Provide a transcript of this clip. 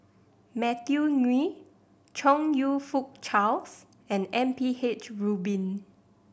Matthew Ngui Chong You Fook Charles and M P H Rubin